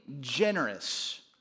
generous